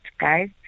guys